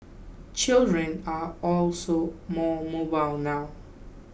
children are also more mobile now